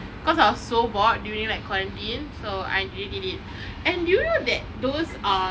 cause I was so bored during like quarantine so I did it and do you know that those um